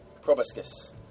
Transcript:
Proboscis